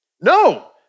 No